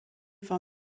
war